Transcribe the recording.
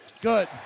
Good